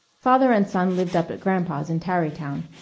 father and son lived up at grampa's in tarrytown,